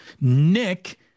Nick